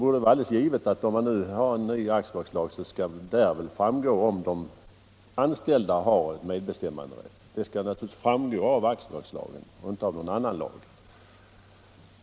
Om man nu antar en ny aktiebolagslag, så skall det väl av den — och inte av någon annan lag —- framgå om de anställda har medbestäm manderätt.